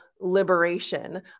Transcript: liberation